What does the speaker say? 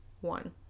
one